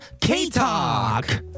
K-talk